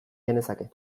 genezake